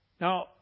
Now